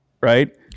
right